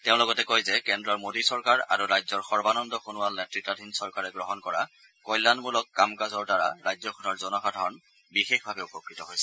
তেওঁ লগতে কয় যে কেন্দ্ৰৰ মোদী চৰকাৰ আৰু ৰাজ্যৰ সৰ্বানন্দ সোণোৱাল নেত্তাধীন চৰকাৰে গ্ৰহণ কৰা কল্যাণমূলক কাম কাজৰ দ্বাৰা ৰাজ্যখনৰ জনসাধাৰণ বিশেষভাৱে উপকৃত হৈছে